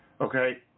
Okay